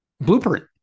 blueprint